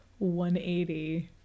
180